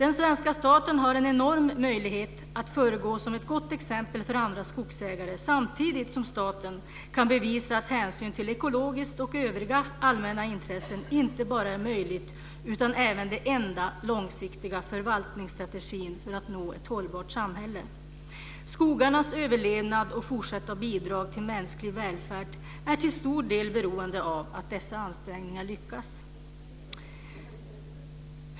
Den svenska staten har en enorm möjlighet att föregå med gott exempel för andra skogsägare, samtidigt som staten kan bevisa att hänsyn till ekologiska och övriga allmänna intressen inte bara är möjligt utan även den enda långsiktiga förvaltningsstrategin för att nå ett hållbart samhälle. Skogarnas överlevnad och fortsatta bidrag till mänsklig välfärd är till stor del beroende av att dessa ansträngningar lyckas.